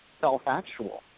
self-actual